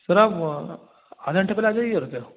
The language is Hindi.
सर आप आधे घंटे पहले आ जाइएगा फिर